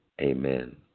Amen